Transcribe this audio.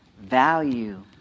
value